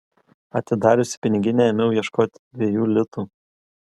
atidariusi piniginę ėmiau ieškoti dviejų litų